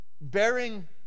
bearing